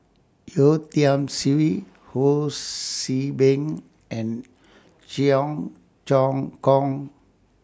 Yeo Tiam Siew Ho See Beng and Cheong Choong Kong